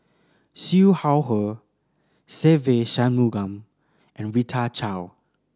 Siew Shaw Her Se Ve Shanmugam and Rita Chao